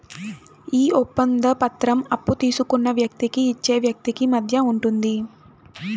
ఈ ఒప్పంద పత్రం అప్పు తీసుకున్న వ్యక్తికి ఇచ్చే వ్యక్తికి మధ్య ఉంటుంది